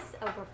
Over